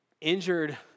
injured